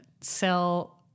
sell